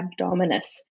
abdominis